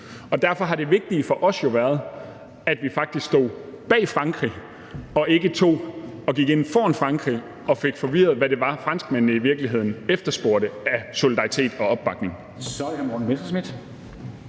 Derfor har det vigtige for os jo været, at vi faktisk stod bag Frankrig og ikke gik ind foran Frankrig og fik forvirret, hvad det var, franskmændene i virkeligheden efterspurgte af solidaritet og opbakning.